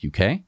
UK